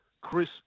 Chris